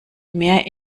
mehr